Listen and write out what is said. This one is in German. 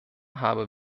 habe